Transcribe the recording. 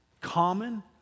common